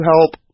help